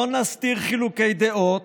לא נסתיר חילוקי דעות,